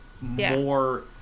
more